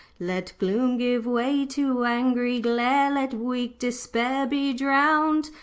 let gloom give way to angry glare, let weak despair be drowned,